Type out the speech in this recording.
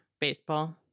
Baseball